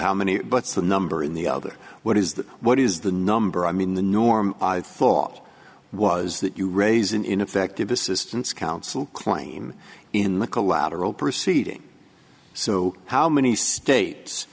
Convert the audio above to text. how many votes the number in the other what is that what is the number i mean the norm i thought was that you raise an ineffective assistance of counsel claim in the collateral proceeding so how many states